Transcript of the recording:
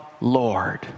Lord